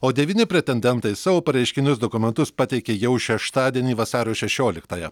o devyni pretendentai savo pareiškinius dokumentus pateikė jau šeštadienį vasario šešioliktąją